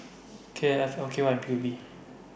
K F L K Y and P U B